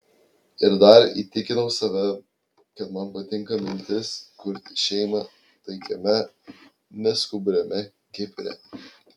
ir dar įtikinau save kad man patinka mintis kurti šeimą taikiame neskubriame kipre